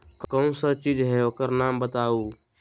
कौन सा चीज है ओकर नाम बताऊ?